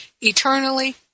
eternally